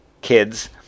kids